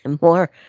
more